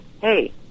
hey